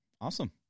Awesome